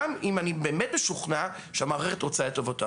גם אם אני באמת משוכנע שהמערכת רוצה את טובתו.